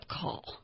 call